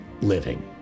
living